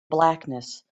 blackness